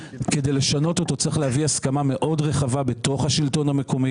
כדי לשנות אותו צריך להביא הסכמה מאוד רחבה בתוך השלטון המקומי,